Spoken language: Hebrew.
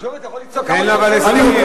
ג'ומס, אתה יכול לצעוק כמה שאתה רוצה.